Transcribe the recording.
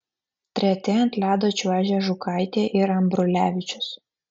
treti ant ledo čiuožė žukaitė ir ambrulevičius